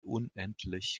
unendlich